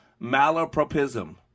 Malapropism